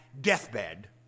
deathbed